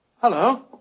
Hello